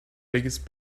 biggest